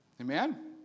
Amen